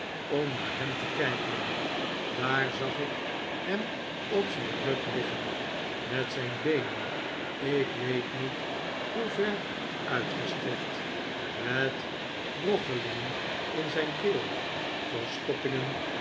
om naar hem te kijken daar zag ik hem op zijn rug liggen met zjjn beenen ik weet niet hoe ver uft'gestrekt met rochelingen in zijn keel